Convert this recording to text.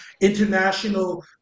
international